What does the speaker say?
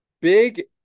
Big